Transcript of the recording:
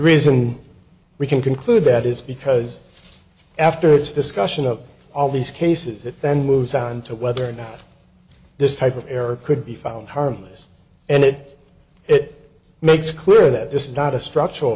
reason we can conclude that is because after this discussion of all these cases it then moves on to whether or not this type of error could be found harmless and it it makes clear that this is not a structural